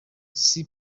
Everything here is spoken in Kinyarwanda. sea